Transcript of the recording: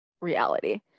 reality